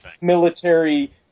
military